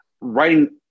Writing